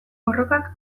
borrokak